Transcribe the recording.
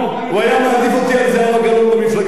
הוא היה מעדיף אותי על זהבה גלאון במפלגה שלו,